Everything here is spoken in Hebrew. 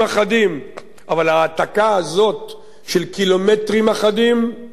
אבל ההעתקה הזאת של קילומטרים אחדים תאפשר להם